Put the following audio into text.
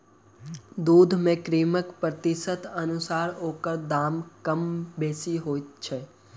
दूध मे क्रीमक प्रतिशतक अनुसार ओकर दाम कम बेसी होइत छै